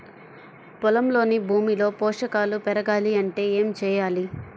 పొలంలోని భూమిలో పోషకాలు పెరగాలి అంటే ఏం చేయాలి?